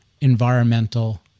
environmental